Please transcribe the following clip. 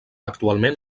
actualment